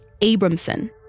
Abramson